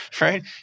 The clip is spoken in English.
right